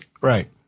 Right